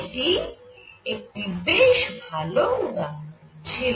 এটি একটি বেশ ভাল উদাহরণ ছিল